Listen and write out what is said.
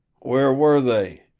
where were they?